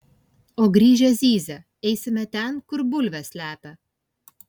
o grįžę zyzia eisime ten kur bulves slepia